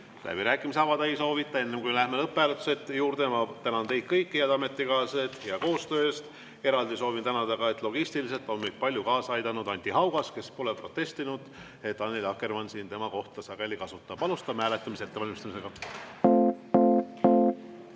Läbirääkimisi avada ei soovita. Enne, kui läheme lõpphääletuse juurde, ma tänan teid kõiki, head ametikaaslased, hea koostöö eest. Eraldi soovin tänada ka selle eest, et logistiliselt on meid palju kaasa aidanud Anti Haugas, kes pole protestinud, et Annely Akkermann siin tema kohta sageli kasutab. Alustame hääletamise ettevalmistamist.